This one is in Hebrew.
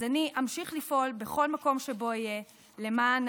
אז אני אמשיך לפעול בכל מקום שבו אהיה למען